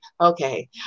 okay